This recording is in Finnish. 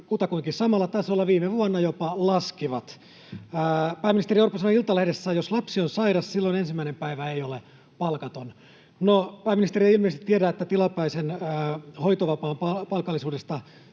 kutakuinkin samalla tasolla, viime vuonna jopa laskivat. Pääministeri Orpo sanoi Iltalehdessä, että jos lapsi on sairas, silloin ensimmäinen päivä ei ole palkaton. No, pääministeri ei ilmeisesti tiedä, että tilapäisen hoitovapaan palkallisuudesta